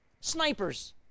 snipers